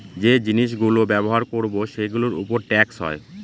যে জিনিস গুলো ব্যবহার করবো সেগুলোর উপর ট্যাক্স হয়